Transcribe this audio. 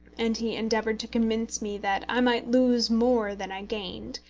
and he endeavoured to convince me that i might lose more than i gained,